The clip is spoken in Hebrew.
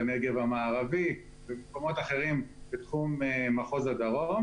בנגב המערבי ובמקומות אחרים בתחום מחוז הדרום,